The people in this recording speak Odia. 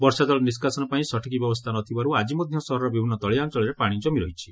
ବର୍ଷାଜଳ ନିଷାସନପାଇଁ ସଠିକ୍ ବ୍ୟବସ୍କା ନ ଥିବାରୁ ଆକି ମଧ୍ଧ ସହରର ବିଭିନୁ ତଳିଆ ଅଞ୍ଚଳରେ ପାଶି କମି ରହିଛି